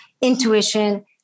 intuition